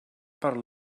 per